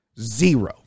Zero